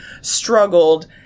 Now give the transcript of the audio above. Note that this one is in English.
struggled